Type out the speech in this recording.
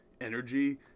energy